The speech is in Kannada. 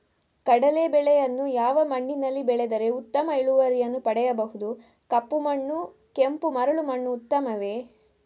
ಕಡಲೇ ಬೆಳೆಯನ್ನು ಯಾವ ಮಣ್ಣಿನಲ್ಲಿ ಬೆಳೆದರೆ ಉತ್ತಮ ಇಳುವರಿಯನ್ನು ಪಡೆಯಬಹುದು? ಕಪ್ಪು ಮಣ್ಣು ಕೆಂಪು ಮರಳು ಮಣ್ಣು ಉತ್ತಮವೇ?